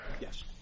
Yes